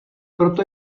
proto